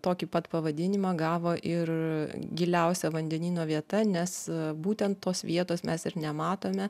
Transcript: tokį pat pavadinimą gavo ir giliausia vandenyno vieta nes būtent tos vietos mes ir nematome